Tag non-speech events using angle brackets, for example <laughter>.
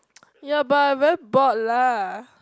<noise> yeah but I very bored lah